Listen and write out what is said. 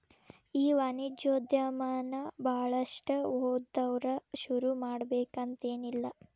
ಈ ವಾಣಿಜ್ಯೊದಮನ ಭಾಳಷ್ಟ್ ಓದ್ದವ್ರ ಶುರುಮಾಡ್ಬೆಕಂತೆನಿಲ್ಲಾ